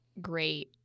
great